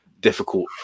difficult